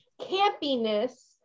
campiness